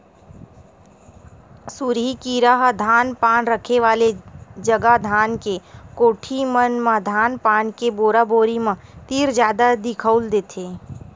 सुरही कीरा ह धान पान रखे वाले जगा धान के कोठी मन म धान पान के बोरा बोरी मन तीर जादा दिखउल देथे